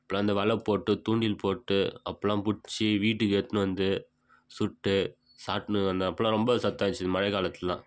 அப்புறம் அந்த வலை போட்டு துாண்டில் போட்டு அப்பெல்லாம் பிடிச்சி வீட்டுக்கு எடுத்துனு வந்து சுட்டு சாப்பிட்னு வந்தேன் அப்பெல்லாம் ரொம்ப சத்தாக இருந்துச்சு மழைக் காலத்துலெல்லாம்